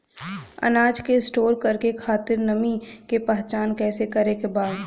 अनाज के स्टोर करके खातिर नमी के पहचान कैसे करेके बा?